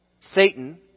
Satan